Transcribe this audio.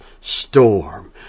storm